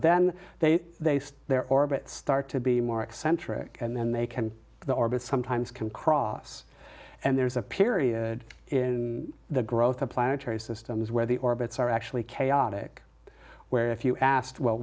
then they they see their orbits start to be more eccentric and then they can the orbits sometimes can cross and there's a period in the growth of planetary systems where the orbits are actually chaotic where if you asked well